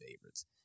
favorites